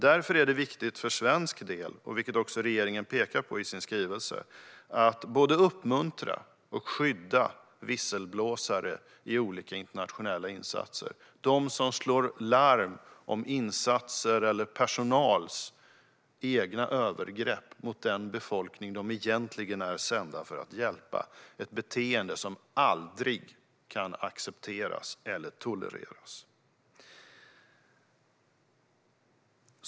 Därför är det viktigt för svensk del, vilket regeringen också pekar på i sin skrivelse, att både uppmuntra och skydda visselblåsare i olika internationella insatser. Det handlar om de som slår larm om insatsers eller personals egna övergrepp mot den befolkning de egentligen är sända för att hjälpa. Det är ett beteende som aldrig kan accepteras eller tolereras.